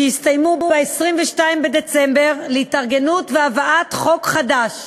שיסתיימו ב22 בדצמבר, להתארגנות ולהבאת חוק חדש.